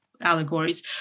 allegories